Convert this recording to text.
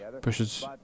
pushes